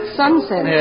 sunset